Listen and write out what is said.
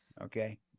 Okay